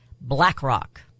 BlackRock